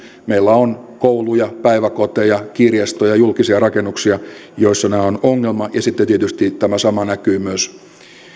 meillä on kouluja päiväkoteja kirjastoja julkisia rakennuksia joissa tämä on ongelma ja sitten tietysti tämä sama näkyy myös